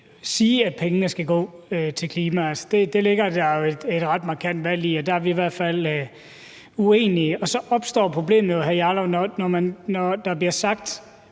siger, at pengene skal gå til klima. Altså, det ligger der jo et ret markant valg i, og der er vi i hvert fald uenige. Så opstår problemet jo, hr. Rasmus